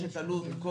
המכונאי.